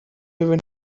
even